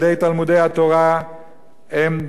כמו כל ילדי ישראל,